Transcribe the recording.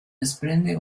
desprende